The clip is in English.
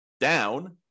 down